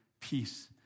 peace